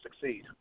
succeed